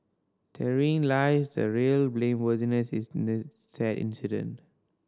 therein lies the real blameworthiness in this sad incident